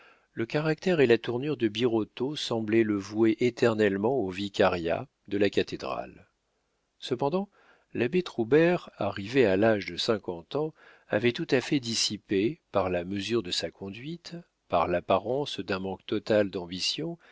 le caractère et la tournure de birotteau semblaient le vouer éternellement au vicariat de la cathédrale cependant l'abbé troubert arrivé à l'âge de cinquante ans avait tout à fait dissipé par la mesure de sa conduite par l'apparence d'un manque total d'ambition